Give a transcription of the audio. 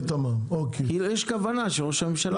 יש כוונה של ראש הממשלה.